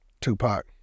Tupac